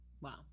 Wow